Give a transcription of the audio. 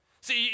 See